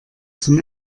zum